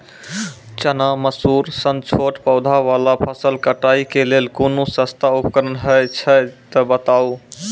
चना, मसूर सन छोट पौधा वाला फसल कटाई के लेल कूनू सस्ता उपकरण हे छै तऽ बताऊ?